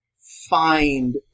find